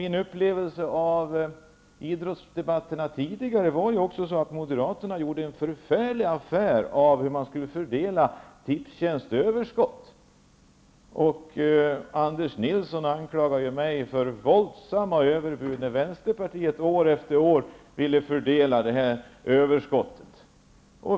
Min upplevelse av idrottsdebatterna är ju att Moderaterna gjorde en förfärligt stor affär av hur man skulle fördela Anders Nilsson anklagade mig för våldsamma överbud, när vänsterpartiet år efter år ville fördela det överskottet.